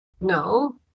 No